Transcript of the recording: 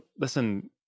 listen